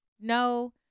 no